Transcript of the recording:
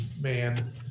man